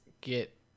get